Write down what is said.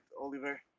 Oliver